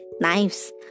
knives